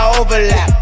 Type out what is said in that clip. overlap